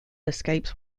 escapes